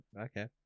Okay